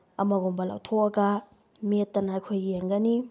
ꯑꯃꯒꯨꯝꯕ ꯂꯧꯊꯣꯛꯑꯒ ꯃꯦꯠꯇꯅ ꯑꯩꯈꯣꯏ ꯌꯦꯡꯒꯅꯤ